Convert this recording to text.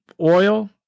oil